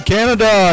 Canada